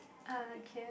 ah okay